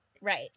Right